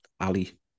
Ali